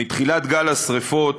מתחילת גל השרפות